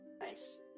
Nice